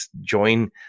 join